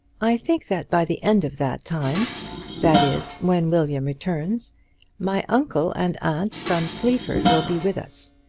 i think that by the end of that time that is, when william returns my uncle and aunt from sleaford will be with us.